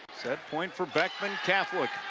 set point for beckman catholic.